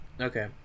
okay